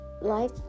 life